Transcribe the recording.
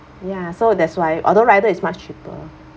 ya so that's why although rider is much cheaper